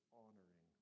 honoring